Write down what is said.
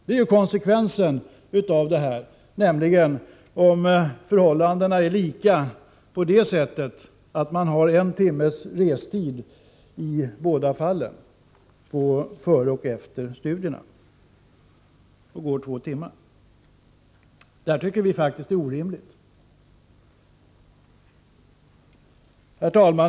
Reglerna kan alltså få den konsekvensen, även om förhållandena i övrigt är lika, t.ex. när det gäller restiden. Detta tycker vi är orimligt. Herr talman!